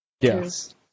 Yes